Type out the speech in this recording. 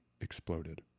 exploded